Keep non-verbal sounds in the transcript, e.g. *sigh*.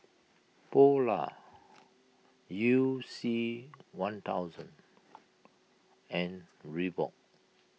Polar You C one thousand *noise* and Reebok